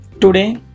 today